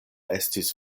estis